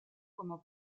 como